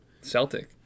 Celtic